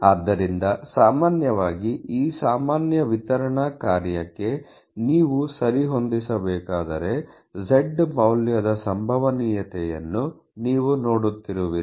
ಆದ್ದರಿಂದ ಸಾಮಾನ್ಯವಾಗಿ ಈ ಸಾಮಾನ್ಯ ವಿತರಣಾ ಕಾರ್ಯಕ್ಕೆ ನೀವು ಸರಿಹೊಂದಿಸಬೇಕಾದರೆ z ಮೌಲ್ಯದ ಸಂಭವನೀಯತೆಯನ್ನು ನೀವು ನೋಡುತ್ತಿರುವಿರಿ